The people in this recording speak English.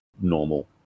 normal